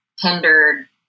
hindered